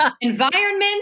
Environment